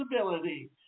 visibility